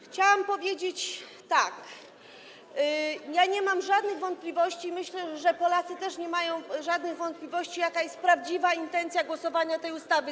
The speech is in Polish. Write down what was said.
Chciałam powiedzieć tak: nie mam żadnych wątpliwości i myślę, że Polacy też nie mają żadnych wątpliwości, jaka jest prawdziwa intencja głosowania nad tą ustawą.